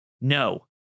No